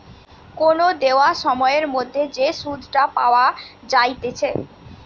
কোন দেওয়া সময়ের মধ্যে যে সুধটা পাওয়া যাইতেছে